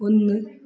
ഒന്ന്